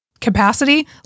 capacity